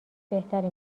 بهتری